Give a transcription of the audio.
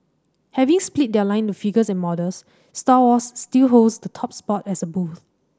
having split their line into figures and models Star Wars still holds the top spot as a booth